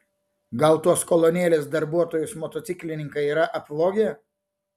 gal tuos kolonėlės darbuotojus motociklininkai yra apvogę